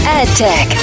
AdTech